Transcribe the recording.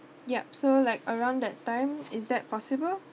yup so like around that time is that possible